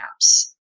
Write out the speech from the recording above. apps